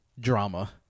drama